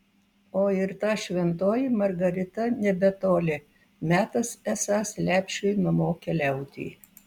o ir ta šventoji margarita nebetoli metas esąs lepšiui namo keliauti